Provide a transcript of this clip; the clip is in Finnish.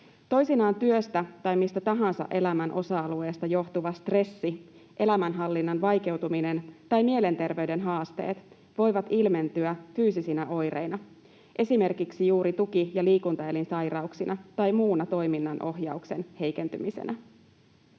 Toisinaan työstä tai mistä tahansa elämän osa-alueesta johtuva stressi, elämänhallinnan vaikeutuminen tai mielenterveyden haasteet voivat ilmentyä fyysisinä oireina, esimerkiksi juuri tuki- ja liikuntaelinsairauksina tai muuna toiminnan ohjauksen heikentymisenä.